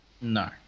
No